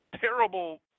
terrible